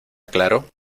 claro